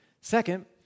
Second